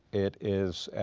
it is